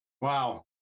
wow